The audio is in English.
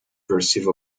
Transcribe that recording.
perceive